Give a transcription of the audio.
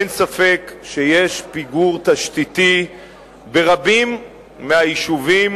אין ספק שיש פיגור תשתיתי ברבים מהיישובים